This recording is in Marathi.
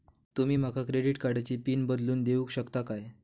तुमी माका क्रेडिट कार्डची पिन बदलून देऊक शकता काय?